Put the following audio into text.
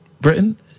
Britain